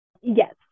Yes